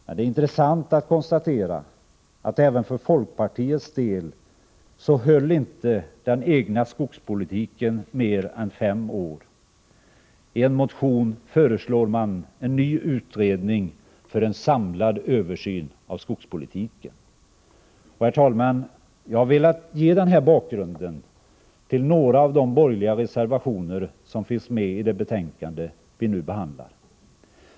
Det är dock intressant att konstatera att inte heller för folkpartiets del höll den egna skogspolitiken mer än fem år. I en motion föreslår man en ny utredning för en samlad översyn av skogspolitiken. Herr talman! Jag har velat ge den här bakgrunden till några av de borgerliga reservationer som finns med i det betänkande vi nu behandlar.